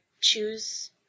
choose